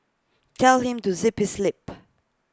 tell him to zip his lip